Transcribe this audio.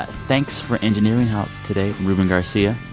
thanks for engineering help today, ruben garcia.